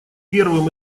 первым